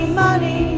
money